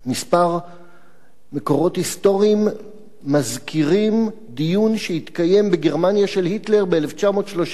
כמה מקורות היסטוריים מזכירים דיון שהתקיים בגרמניה של היטלר ב-1939,